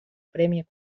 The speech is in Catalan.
premi